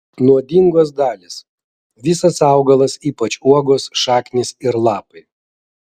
nuodingos dalys visas augalas ypač uogos šaknys ir lapai